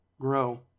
grow